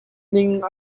ning